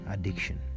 addiction